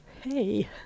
hey